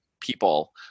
people